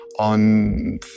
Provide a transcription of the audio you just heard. on